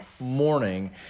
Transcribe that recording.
morning